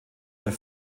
bei